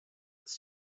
its